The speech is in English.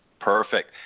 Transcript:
Perfect